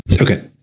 Okay